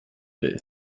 will